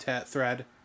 thread